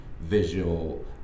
visual